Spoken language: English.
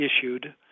issued